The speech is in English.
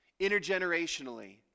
intergenerationally